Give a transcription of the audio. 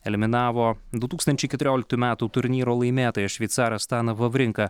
eliminavo du tūkstančiai keturioliktų metų turnyro laimėtoją šveicarą staną vavrinką